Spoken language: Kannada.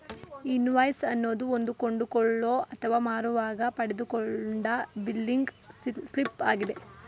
ಇನ್ವಾಯ್ಸ್ ಅನ್ನೋದು ಒಂದು ಕೊಂಡುಕೊಳ್ಳೋ ಅಥವಾ ಮಾರುವಾಗ ಪಡೆದುಕೊಂಡ ಬಿಲ್ಲಿಂಗ್ ಸ್ಲಿಪ್ ಆಗಿದೆ